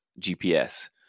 GPS